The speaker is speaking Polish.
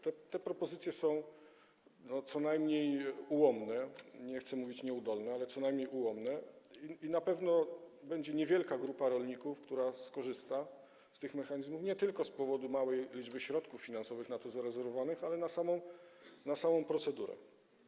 Te propozycje są co najmniej ułomne - nie chcę mówić: nieudolne, ale co najmniej ułomne - i na pewno będzie niewielka grupa rolników, która skorzysta z tych mechanizmów nie tylko z powodu małej liczby środków finansowych na to zarezerwowanych, ale też z powodu samej procedury.